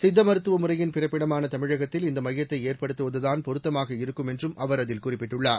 சித்த மருத்துவ முறையின் பிறப்பிடமான தமிழகத்தில் இந்த மையத்தை ஏற்படுத்துவதுதான் பொருத்தமாக இருக்கும் என்றும் அவர் அதில் குறிப்பிட்டுள்ளார்